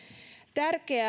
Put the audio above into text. tärkeää